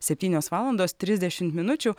septynios valandos trisdešimt minučių